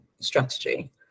strategy